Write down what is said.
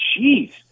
Jeez